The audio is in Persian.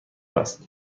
است